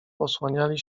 osłaniali